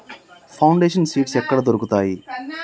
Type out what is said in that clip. Foundation seeds ఎక్కడ దొరుకుతాయి?